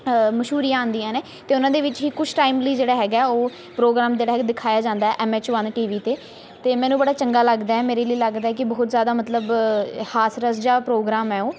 ਮਸ਼ਹੂਰੀਆਂ ਆਉਂਦੀਆਂ ਨੇ ਅਤੇ ਉਹਨਾਂ ਦੇ ਵਿੱਚ ਹੀ ਕੁਛ ਟਾਈਮ ਲਈ ਜਿਹੜਾ ਹੈਗਾ ਉਹ ਪ੍ਰੋਗਰਾਮ ਜਿਹੜਾ ਹੈਗਾ ਦਿਖਾਇਆ ਜਾਂਦਾ M H one T V 'ਤੇ ਅਤੇ ਮੈਨੂੰ ਬੜਾ ਚੰਗਾ ਲੱਗਦਾ ਮੇਰੇ ਲਈ ਲੱਗਦਾ ਕਿ ਬਹੁਤ ਜ਼ਿਆਦਾ ਮਤਲਬ ਹਾਸ ਰਸ ਜਿਹਾ ਪ੍ਰੋਗਰਾਮ ਹੈ ਉਹ